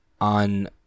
on